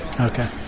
Okay